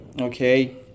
okay